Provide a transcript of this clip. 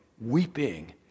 weeping